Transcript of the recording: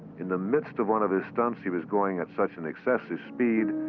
in the midst of one of his stunts, he was going at such an excessive speed,